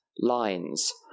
lines